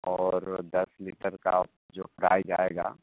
और दस लीटर का जो प्राइज आएगा